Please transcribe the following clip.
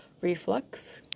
reflux